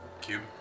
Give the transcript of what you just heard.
cube